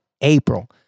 April